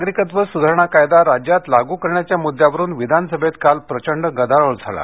नागरिकत्व सुधारणा कायदा राज्यात लागू करण्याच्या मुद्यावरून विधानसभेत काल प्रचंड गदारोळ झाला